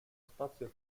spazio